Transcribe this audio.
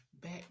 back